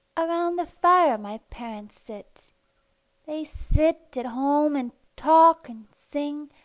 around the fire my parents sit they sit at home and talk and sing,